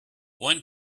one